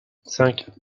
cinq